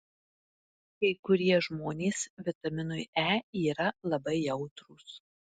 kai kurie žmonės vitaminui e yra labai jautrūs